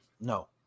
no